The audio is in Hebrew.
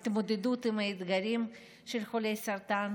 ההתמודדות עם האתגרים של חולי סרטן,